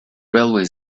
railway